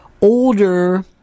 older